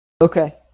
Okay